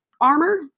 armor